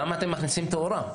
למה אתם מכניסים תאורה?